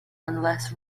unless